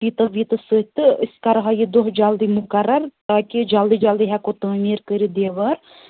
فیتہٕ ویٖتہٕ سۭتۍ تہٕ أسۍ کَرہَو یہِ دۄہ جلدی مُقَرر تاکہِ جلدی جلدی ہیٚکو تعامیٖر کٔرِتھ دیٚوار